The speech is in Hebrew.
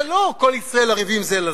זה לא "כל ישראל ערבים זה לזה".